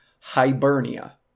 hibernia